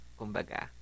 kumbaga